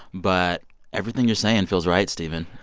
but everything you're saying feels right, stephen.